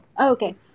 Okay